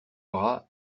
bras